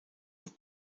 und